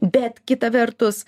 bet kita vertus